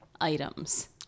items